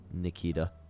Nikita